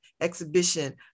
exhibition